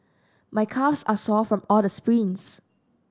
my calves are sore from all the sprints